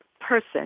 person